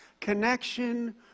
connection